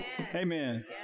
Amen